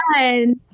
done